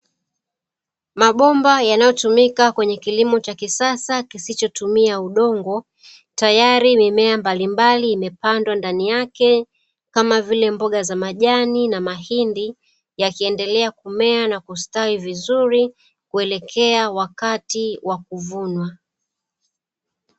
Mabomba yanayotumika kwenye kilimo cha kisasa kisichotumia udongo, tayari mimea mbalimbali imepandwa ndani yake kama vile mboga za majani na mahindi yakiendelea kumea na kustawi vizuri, kuelekea wakati wa kuvunwa.